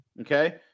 okay